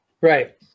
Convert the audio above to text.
Right